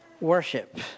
worship